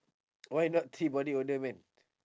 why not three body odour men